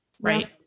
right